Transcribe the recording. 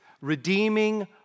redeeming